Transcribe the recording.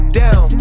down